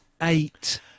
eight